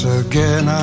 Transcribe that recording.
again